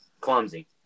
Clumsy